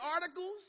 articles